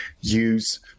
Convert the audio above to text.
use